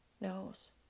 knows